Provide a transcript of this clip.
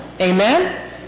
Amen